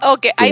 Okay